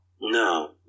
No